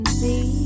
see